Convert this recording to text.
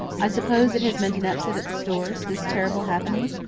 i suppose it has meant an upset at the stores, this terrible happening?